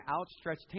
outstretched